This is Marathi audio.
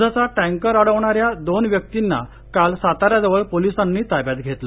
द्धाचा टँकर अडवणाऱ्या दोन व्यक्तींना काल साताऱ्याजवळ पोलिसांनी ताब्यात घेतलं